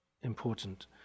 important